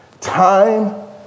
Time